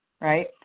right